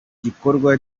gikorwa